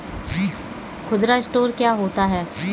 खुदरा स्टोर क्या होता है?